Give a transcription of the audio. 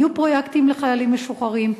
היו פרויקטים לחיילים משוחררים,